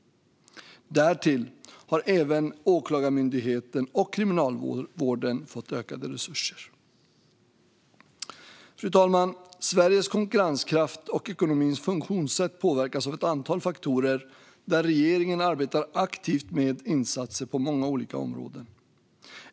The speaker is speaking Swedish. Därtill har även Åklagarmyndigheten och Kriminalvården fått ökade resurser. Fru talman! Sveriges konkurrenskraft och ekonomins funktionssätt påverkas av ett antal faktorer där regeringen arbetar aktivt med insatser på många olika områden.